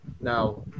Now